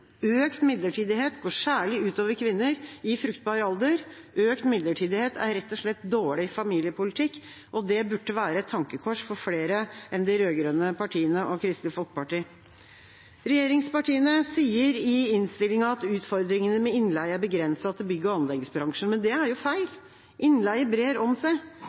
Økt midlertidighet går særlig ut over kvinner i fruktbar alder. Økt midlertidighet er rett og slett dårlig familiepolitikk. Det burde være et tankekors for flere enn de rød-grønne partiene og Kristelig Folkeparti. Regjeringspartiene sier i innstillinga at utfordringene med innleie er begrenset til bygg- og anleggsbransjen, men det er jo feil. Innleie brer seg.